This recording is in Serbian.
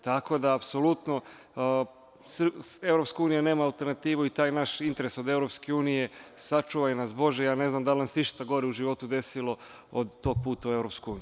Tako da, apsolutno EU nema alternativu, i taj naš interes od EU sačuvaj nas bože, ja ne znam da li nam se išta gore u životu desilo od tog puta u EU.